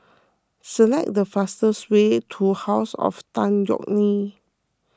select the fastest way to House of Tan Yeok Nee